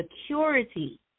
security